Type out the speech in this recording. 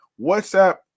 WhatsApp